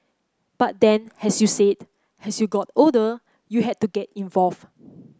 but then as you said as you got older you had to get involved